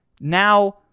Now